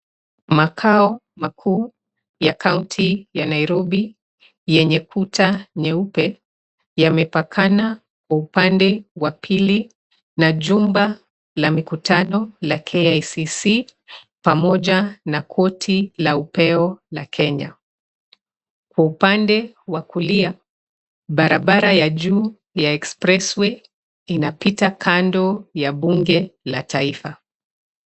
Makao makuu ya kaunti ya Nairobi yenye kuta nyeupe yamepakana kwa upande wa pili na jumba la mikutano la KICC, pamoja na koti la upeo la Kenya. Kwa upande wa kulia, barabara ya juu ya Express Way, inapita kando ya bunge la Taifa.